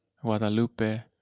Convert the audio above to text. Guadalupe